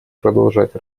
продолжать